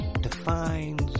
defines